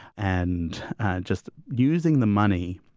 and just using the money